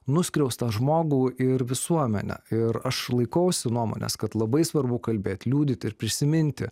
nuskriaustą žmogų ir visuomenę ir aš laikausi nuomonės kad labai svarbu kalbėt liudyti ir prisiminti